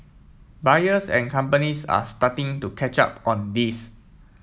buyers and companies are starting to catch up on this